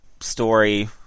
story